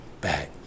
back